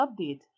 update